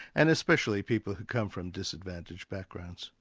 and especially people who come from disadvantaged backgrounds.